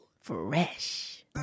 Fresh